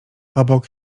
obok